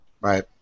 Right